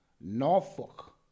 Norfolk